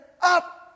up